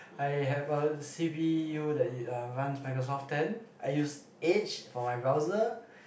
I have a c_p_u that runs Microsoft ten I use edge for my browser